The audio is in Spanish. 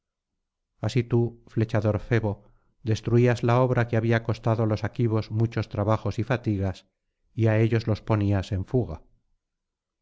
así tú flechador febo destruías la obra que había costado á los aquivos muchos trabajos y fatigas y á ellos los ponías en fuga